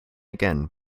again